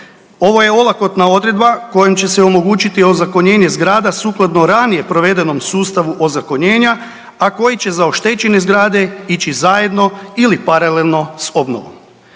Ovo je olakotna odredba kojom će se omogućiti ozakonjenje zgrada sukladno ranije provedenom sustavu ozakonjenja, a koji će za oštećene zgrade ići zajedno ili paralelno s obnovom.